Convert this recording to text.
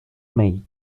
made